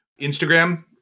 Instagram